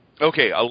okay